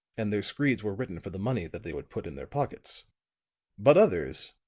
and their screeds were written for the money that they would put in their pockets but others,